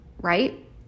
right